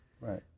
Right